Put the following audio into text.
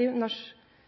i